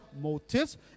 motives